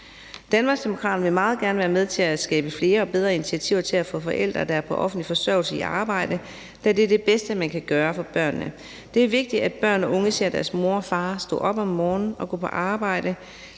Danmarksdemokraterne vil meget gerne være med til at skabe flere og bedre initiativer til at få forældre, der på offentlig forsørgelse, i arbejde, da det er det bedste, man kan gøre for børnene. Det er vigtigt, at børn og unge ser deres mor og far stå op om morgenen og gå på arbejde.